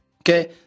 Okay